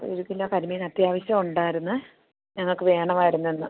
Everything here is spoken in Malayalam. ഒര് കിലോ കരിമീൻ അത്യാവശ്യം ഉണ്ടായിരുന്നേ ഞങ്ങൾക്ക് വേണമായിരുന്നു ഇന്ന്